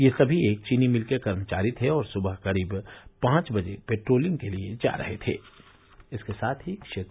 ये सभी एक चीनी मिल के कर्मचारी थे और सुबह करीब पांच बजे पेट्रोलिंग के लिए जा रहे थे